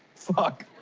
fuck.